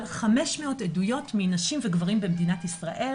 500 עדויות מנשים וגברים במדינת ישראל,